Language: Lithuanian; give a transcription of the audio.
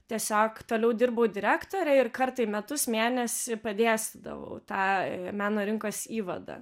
tiesiog toliau dirbau direktore ir kartą į metus mėnesį dėstydavau tą meno rinkos įvadą